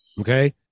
Okay